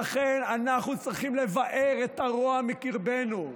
לכן אנחנו צריכים לבער את הרוע מקרבנו,